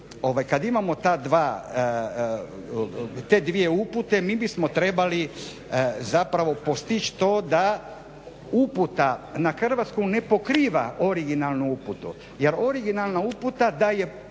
ta dva, te dvije upute, mi bismo trebali zapravo postići to da uputa na hrvatskom ne pokriva originalnu uputu, jer originalna uputa daje